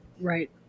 right